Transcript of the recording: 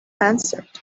answered